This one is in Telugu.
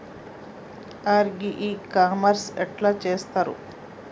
అగ్రి ఇ కామర్స్ ఎట్ల చేస్తరు?